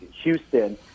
Houston